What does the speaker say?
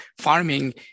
farming